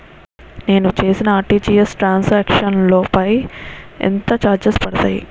నేను చేసిన RTGS transaction లో పై ఎంత చార్జెస్ పడతాయి?